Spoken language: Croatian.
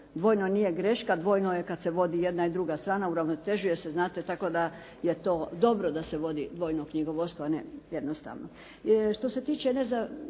Dvojno nije greška, dvojno je kad se vodi jedna i druga strana, uravnotežuje se znate, tako da je to dobro da se vodi dvojno knjigovodstvo, a ne jednostavno.